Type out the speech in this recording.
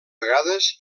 vegades